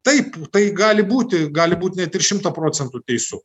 taip tai gali būti gali būt net ir šimtą procentų teisus